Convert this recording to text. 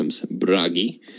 Bragi